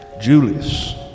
Julius